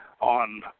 on